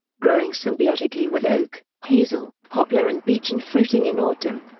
growing symbiotically with oak, hazel, poplar and beech and fruiting in autumn,